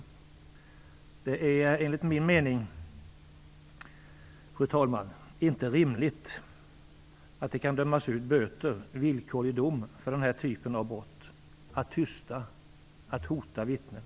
Fru talman! Enligt min mening är det inte rimligt att det kan dömas ut böter och villkorlig dom för den här typen av brott - att tysta och hota vittnen.